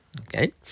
Okay